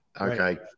okay